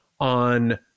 on